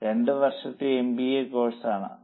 രണ്ട് വർഷത്തെ എംബിഎ കോഴ്സാണിത്